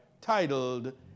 titled